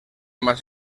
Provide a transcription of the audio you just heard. más